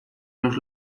los